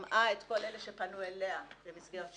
שמעה את כל אלה שפנו אליה במסגרת שימוע,